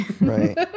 Right